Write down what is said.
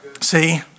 See